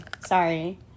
Sorry